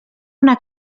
una